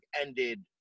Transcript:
ended